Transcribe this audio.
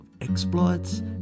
exploits